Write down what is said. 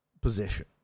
position